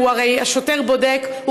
השוטר בודק,